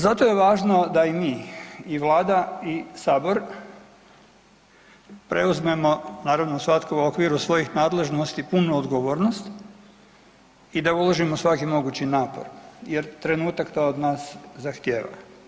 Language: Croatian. Zato je važno da i mi i vlada i sabor preuzmemo, naravno svatko u okviru svojih nadležnosti, punu odgovornost i da uložimo svaki mogući napor jer trenutak to od nas zahtjeva.